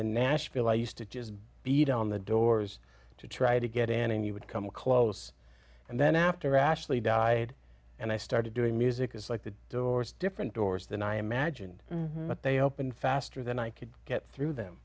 in nashville i used to just beat on the doors to try to get in and you would come close and then after ashlee died and i started doing music it's like the doors different doors than i imagined but they opened faster than i could get through them